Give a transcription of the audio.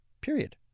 Period